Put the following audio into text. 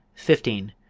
fifteen.